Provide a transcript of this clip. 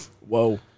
Whoa